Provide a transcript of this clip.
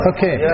Okay